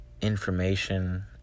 information